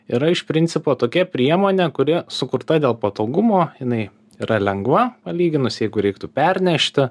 yra iš principo tokia priemonė kuri sukurta dėl patogumo jinai yra lengva palyginus jeigu reiktų pernešti